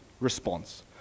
response